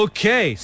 Okay